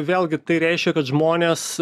vėlgi tai reiškia kad žmonės